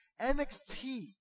NXT